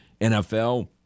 NFL